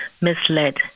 misled